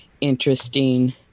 interesting